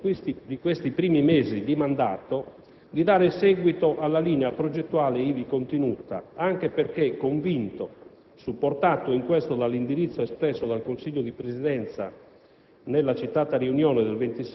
si è fatto carico nel corso di questi primi mesi di mandato di dare seguito alla linea progettuale ivi contenuta, anche perché convinto, supportato in questo dall'indirizzo espresso dal Consiglio di Presidenza